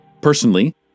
Personally